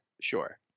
sure